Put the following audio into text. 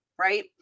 Right